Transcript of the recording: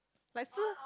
like Si~